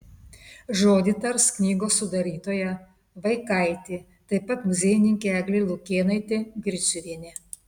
žodį tars knygos sudarytoja vaikaitė taip pat muziejininkė eglė lukėnaitė griciuvienė